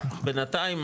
בינתיים,